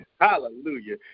Hallelujah